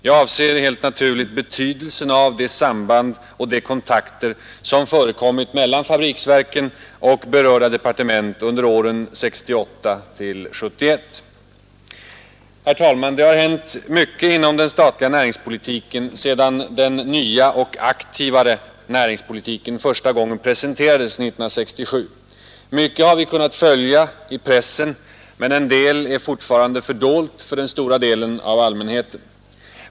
Jag avser helt naturligt betydelsen av det samband och de kontakter som förekommit mellan fabriksverken och berörda departement under åren 1968-1971. Det har, herr talman, hänt mycket inom den statliga näringspolitiken sedan den nya och aktivare näringspolitiken första gången presenterades 1967. Mycket har vi kunnat följa i pressen, men en del är fortfarande fördolt för den stora delen av allmänheten.